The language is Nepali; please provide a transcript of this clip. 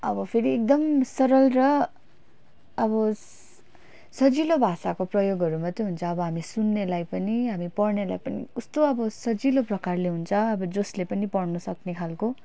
अब फेरि एकदम सरल र अब सजिलो भाषाको प्रयोगहरू मात्रै हुन्छ अब हामी सुन्नेलाई पनि हामी पढ्नेलाई पनि कस्तो अब सजिलो प्रकारले हुन्छ अब जसले पनि पढ्नु सक्ने खालको